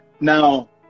Now